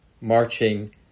marching